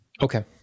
okay